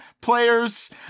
players